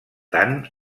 tant